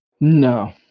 no